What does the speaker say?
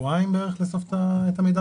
שבועיים בערך לאסוף את המידע